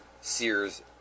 Sears